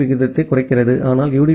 B விகிதத்தைக் குறைக்கிறது ஆனால் யு